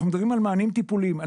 על מענים טיפוליים.